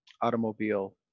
automobile